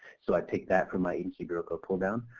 so i pick that from my agency bureau code pull down.